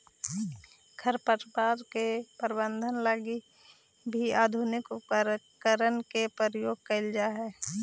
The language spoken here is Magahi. खरपतवार के प्रबंधन लगी भी आधुनिक उपकरण के प्रयोग कैल जा हइ